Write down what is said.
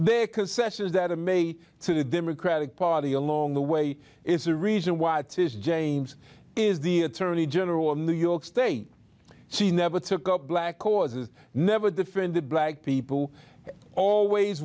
there concessions that are made to the democratic party along the way is a reason why it is james is the attorney general of new york state she never took up black causes never defended black people always